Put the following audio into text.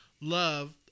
love